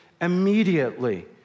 Immediately